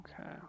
Okay